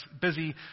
busy